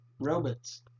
robots